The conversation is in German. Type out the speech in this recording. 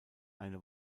eine